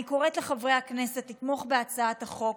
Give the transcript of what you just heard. אני קוראת לחברי הכנסת לתמוך בהצעת החוק,